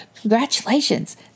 congratulations